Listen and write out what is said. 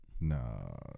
no